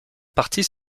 partie